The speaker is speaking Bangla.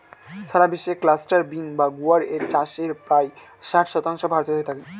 সারা বিশ্বে ক্লাস্টার বিন বা গুয়ার এর চাষের প্রায় ষাট শতাংশ ভারতে হয়ে থাকে